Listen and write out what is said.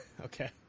Okay